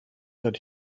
that